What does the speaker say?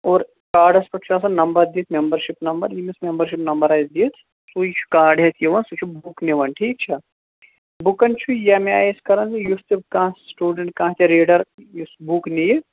اور کارڈس پیٚٹھ چھُ آسان نَمبر دِتھ میٚمبر شِپ نَمبر یٔمِس میٚمبر شِپ نَمبر آسہِ دِتھ سُے چھُ کارڈ ہیٚتھ یِوان سُہ چھُ بُک نِوان ٹھیٖک چھا بُکَن چھُ ییٚمہِ آیہِ أسۍ کَران یُس تہِ کانٛہہ سِٹوڈینٛٹ کانٛہہ تہِ ریٖڈر یُس بُک نِیہِ